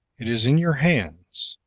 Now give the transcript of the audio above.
it is in your hands.